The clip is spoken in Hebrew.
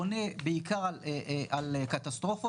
עונה בעיקר על קטסטרופות,